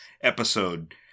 episode